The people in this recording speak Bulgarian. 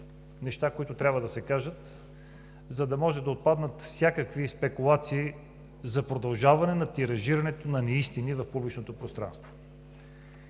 неща, които трябва да се кажат, за да може да отпаднат всякакви спекулации за продължаване на тиражирането на неистини в публичното пространство.